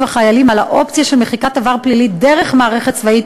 החיילים לאופציה של מחיקת עבר פלילי דרך המערכת הצבאית